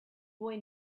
boy